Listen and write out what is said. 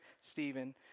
Stephen